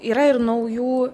yra ir naujų